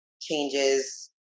changes